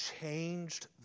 changed